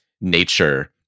nature